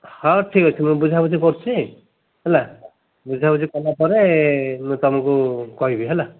ହଉ ଠିକ୍ ଅଛି ମୁଁ ବୁଝାବୁଝି କରୁଛି ହେଲା ବୁଝାବୁଝି କଲାପରେ ମୁଁ ତୁମକୁ କହିବି ହେଲା